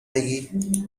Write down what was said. بگی